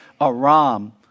Aram